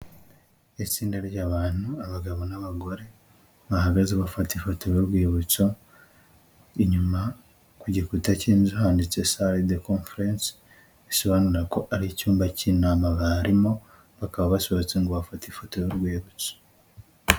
Itsinda ry'abantu abagabo n'abagore bahagaze bafata ifoto y'urwibutso. Inyuma ku gikuta cy'inzu handitse sare de koferensi, bisobanura ko ari icyumba cy'intama barimo, bakaba basohotse ngo bafate ifoto y'urwibutso.